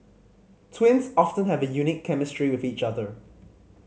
twins often have a unique chemistry with each other